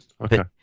Okay